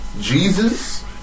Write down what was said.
Jesus